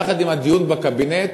יחד עם הדיון בקבינט,